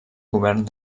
govern